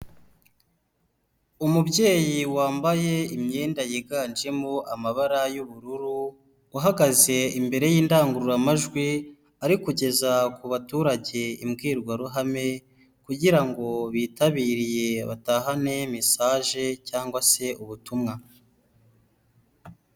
Umubyeyi wambaye imyenda yiganjemo amabara y'ubururu, uhagaze imbere y'indangururamajwi ari kugeza ku baturage imbwirwaruhame kugira ngo bitabiriye batahane mesaje cyangwa se ubutumwa.